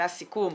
זה הסיכום,